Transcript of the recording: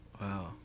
Wow